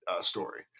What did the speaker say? story